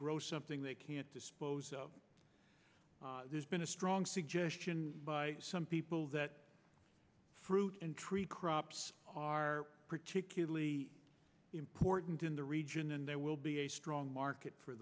grow something they can't dispose of there's been a strong suggestion by some people that fruit tree crops are particularly important in the region and there will be a strong market for